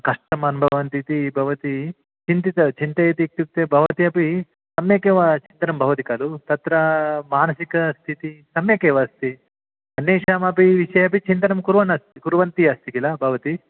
कष्टम् अनुभवन्ति इति भवती चिन्तितवती चिन्तयति इत्युक्ते भवती अपि सम्यगेव चिन्तनं भवति खलु तत्र मानसिकस्थितिः सम्यगेव अस्ति अन्येषामपि विषये अपि चिन्तनं कुर्वन् अस्ति कुर्वती अस्ति किल भवती